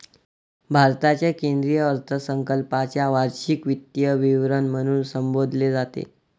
भारताच्या केंद्रीय अर्थसंकल्पाला वार्षिक वित्तीय विवरण म्हणून संबोधले जाते